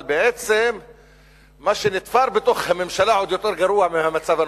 אבל בעצם מה שנתפר בתוך הממשלה עוד יותר גרוע מהמצב הנוכחי,